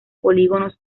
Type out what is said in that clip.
polígonos